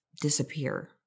disappear